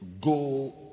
Go